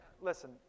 Listen